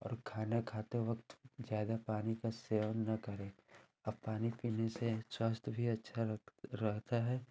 और खाना खाते वक्त ज़्यादा पानी का सेवन न करें अब पानी पीने से स्वास्थ्य भी अच्छा रह रहता है